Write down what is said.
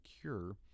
cure